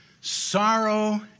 sorrow